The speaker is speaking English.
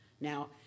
Now